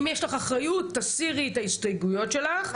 אם יש לך אחריות תסירי את ההסתייגויות שלך,